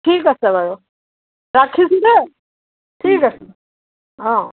ঠিক আছে বাৰু ৰাখিছোঁ দেই ঠিক আছে অঁ